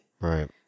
Right